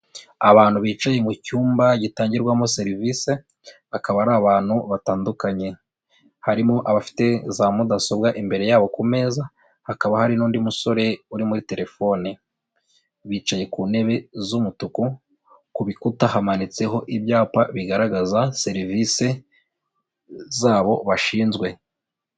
Abantu bicaye mu cyumba gitangirwamo serivisi, bakaba ari abantu batandukanye. Harimo abafite za mudasobwa imbere yabo ku meza, hakaba hari n'undi musore uri muri telefoni. Bicaye ku ntebe z'umutuku, ku bikuta hamanitseho ibyapa bigaragaza serivisi zabo bashinzwe.